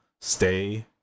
stay